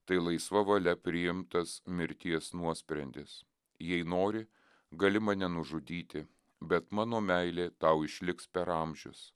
tai laisva valia priimtas mirties nuosprendis jei nori gali mane nužudyti bet mano meilė tau išliks per amžius